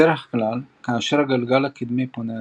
בדרך כלל, כאשר הגלגל הקדמי פונה הצידה,